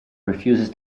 refuses